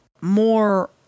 more